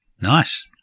Nice